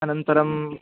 अनन्तरं